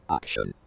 action